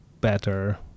better